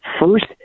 First